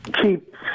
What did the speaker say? keep